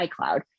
iCloud